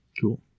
Cool